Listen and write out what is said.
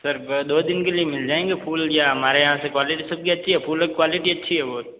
sir दो दिन के लिए मिल जाएंगे फूल या हमारे यहाँ से क्वालिटी सब की अच्छी है फूलों की क्वालिटी अच्छी है बहुत